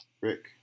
Rick